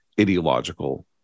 ideological